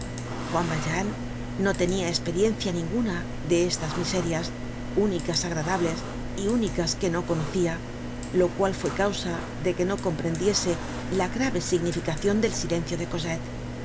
juan valjean no tenia esperiencia ninguna de estas miserias únicas agradables y únicas que no conocia lo cual fue causa de que no comprendiese la grave significacion del silencio de